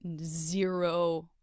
zero